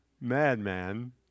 madman